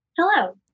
Hello